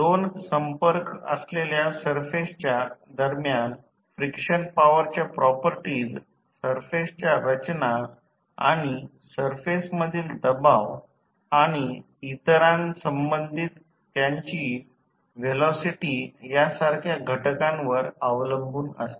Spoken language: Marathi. दोन संपर्क असलेल्या सरफेसच्या दरम्यान फ्रिक्शन पॉवरच्या प्रॉपर्टीज सरफेसच्या रचना आणि सरफेसमधील दबाव आणि इतरां संबंधीत त्यांची व्हेलॉसिटी यासारख्या घटकांवर अवलंबून असते